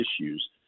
issues